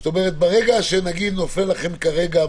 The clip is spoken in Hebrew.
זאת אומרת שברגע שנגיד נופל לכם כרגע,